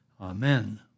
Amen